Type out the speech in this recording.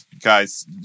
guys